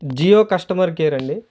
Jio customer care అండి